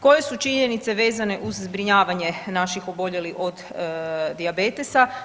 Koje su činjenice vezane uz zbrinjavanje naših oboljelih od dijabetesa?